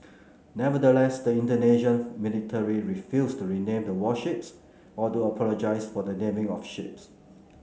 nevertheless the Indonesian military refused to rename the warships or to apologise for the naming of ships